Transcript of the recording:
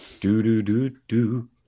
Do-do-do-do